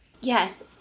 Yes